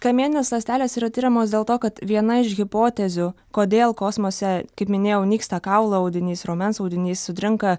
kamieninės ląstelės yra tiriamos dėl to kad viena iš hipotezių kodėl kosmose kaip minėjau nyksta kaulų audinys raumens audinys sutrinka